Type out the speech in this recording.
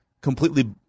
completely